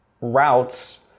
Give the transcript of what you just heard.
routes